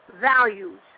values